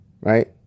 Right